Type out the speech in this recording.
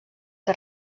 que